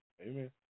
Amen